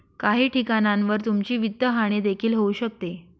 काही ठिकाणांवर तुमची वित्तहानी देखील होऊ शकते